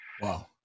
Wow